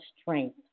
strength